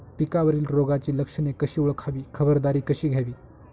पिकावरील रोगाची लक्षणे कशी ओळखावी, खबरदारी कशी घ्यावी?